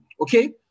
Okay